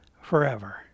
forever